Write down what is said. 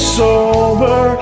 sober